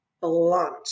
blunt